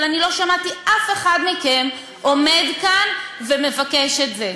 אבל אני לא שמעתי אף אחד מכם עומד כאן ומבקש את זה.